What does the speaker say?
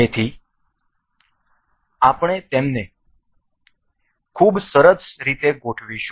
તેથી આપણે તેમને ખૂબ સરસ રીતે ગોઠવીશું